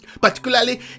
Particularly